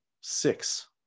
six